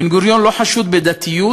בן-גוריון לא חשוד בדתיות